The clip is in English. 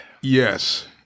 Yes